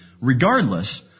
regardless